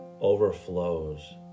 overflows